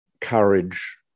courage